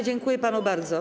Dziękuję panu bardzo.